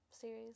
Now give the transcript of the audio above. series